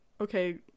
okay